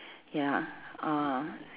ya uh